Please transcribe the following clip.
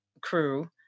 crew